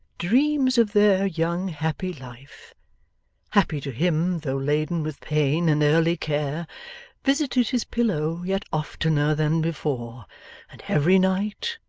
dreams of their young, happy life happy to him though laden with pain and early care visited his pillow yet oftener than before and every night,